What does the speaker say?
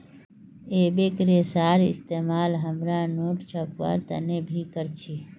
एबेक रेशार इस्तेमाल हमरा नोट छपवार तने भी कर छी